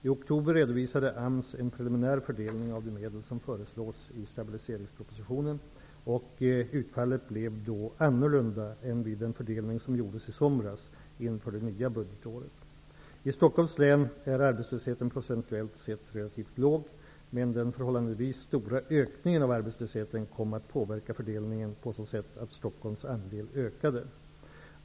I oktober redovisade AMS en preliminär fördelning av de medel som föreslås i stabiliseringspropositionen, och utfallet blev då annorlunda än vid den fördelning som gjordes i somras inför det nya budgetåret. I Stockholms län är arbetslösheten procentuellt sett relativt låg, men den förhållandevis stora ökningen av arbetslösheten kom att påverka fördelningen på så sätt att Stockholms andel ökade.